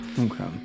Okay